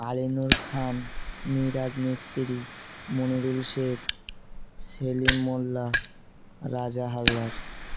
Alinur Khan Miraj Mistri Monirul Sheikh Selim Molla Raja Haldar